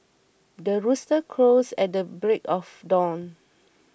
the rooster crows at the break of dawn